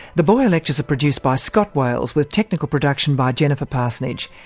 the boyer lectures are produced by scott wales, with technical production by jennifer parsonage.